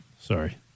Sorry